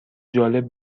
جالب